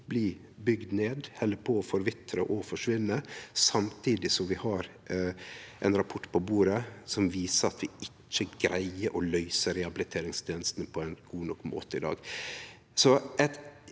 blir bygd ned, held på med å forvitre og forsvinne, samtidig som vi har ein rapport på bordet som viser at vi ikkje greier å løyse rehabiliteringstenestene på ein god nok måte i dag. Så eit